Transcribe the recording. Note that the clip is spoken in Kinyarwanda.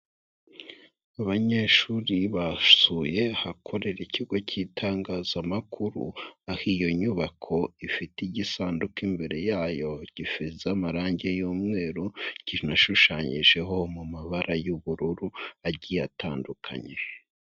Abanyeshuri basuye ahakorera ikigo cy'itangazamakuru, aho iyo nyubako ifite igisanduku imbere yayo, gisize amarangi y'umweru, kinashushanyijeho mu mabara y'ubururu, agiye atandukanye.